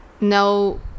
no